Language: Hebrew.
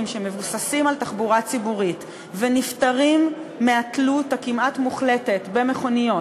שמבוססים על תחבורה ציבורית וניפטר מהתלות הכמעט מוחלטת במכוניות,